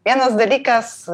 vienas dalykas